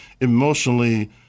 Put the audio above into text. emotionally